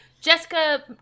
Jessica